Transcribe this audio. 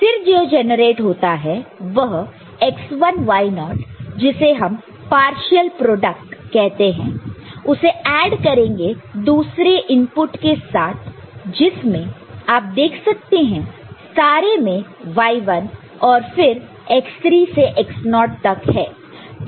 फिर जो जनरेट होता है वह x1y0 जिसे हम पाशॅल प्रोडक्ट कहते हैं उसे ऐड करेंगे दूसरी इनपुट के साथ जिसमें आप देख सकते हैं सारे में y1 है और फिर x3 से x0 तक है